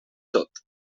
tot